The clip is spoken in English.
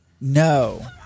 No